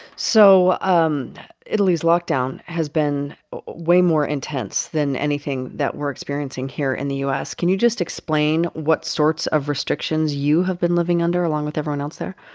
so um italy's lockdown has been way more intense than anything that we're experiencing here in the u s. can you just explain what sorts of restrictions you have been living under, along with everyone else there?